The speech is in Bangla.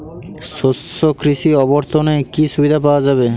শস্য কৃষি অবর্তনে কি সুবিধা পাওয়া যাবে?